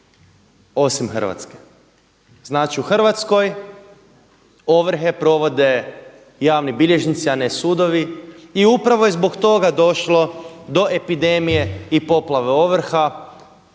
osim Hrvatske. Znači, u Hrvatskoj ovrhe provode javni bilježnici, a ne sudovi i upravo je zbog toga došlo do epidemije i poplave ovrha